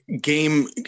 Game